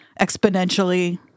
exponentially